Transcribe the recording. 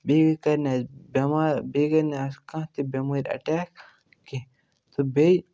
بیٚیہِ کَرِ نہٕ اَسہِ بٮ۪مار بیٚیہِ کَرِ نہٕ اَسہِ کانٛہہ تہِ بٮ۪مٲرۍ اَیٹیک کینٛہہ تہٕ بیٚیہِ